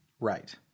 Right